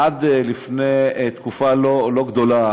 עד לפני תקופה לא ארוכה,